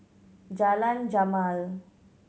Jalan Jamal